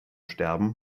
sterben